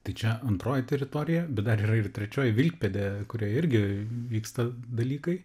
tai čia antroji teritorija bet dar yra ir trečioji vilkpėdė kurioje irgi vyksta dalykai